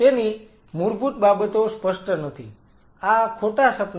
તેની મૂળભૂત બાબતો સ્પષ્ટ નથી આ ખોટા સપનાઓ છે